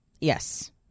Yes